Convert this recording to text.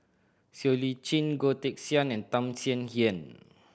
Siow Lee Chin Goh Teck Sian and Tham Sien Yen